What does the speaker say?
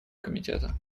комитета